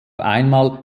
einmal